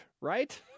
right